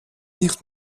nicht